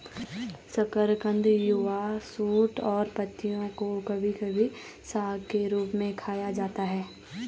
शकरकंद युवा शूट और पत्तियों को कभी कभी साग के रूप में खाया जाता है